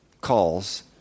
calls